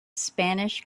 spanish